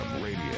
radio